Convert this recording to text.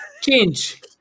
change